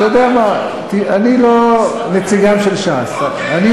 אתה יודע מה, אני לא נציגם של ש"ס, אוקיי.